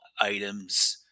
items